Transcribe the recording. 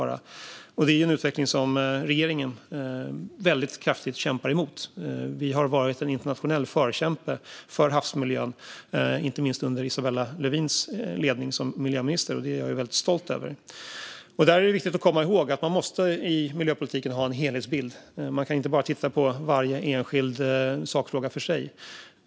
Detta är en utveckling som regeringen väldigt kraftigt kämpar emot. Vi har varit en internationell förkämpe för havsmiljön, inte minst under Isabella Lövins ledning som miljöminister. Det är jag väldigt stolt över. Det är viktigt att komma ihåg att man i miljöpolitiken måste ha en helhetsbild. Man kan inte bara titta på varje enskild sakfråga för sig.